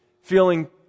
feeling